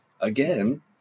again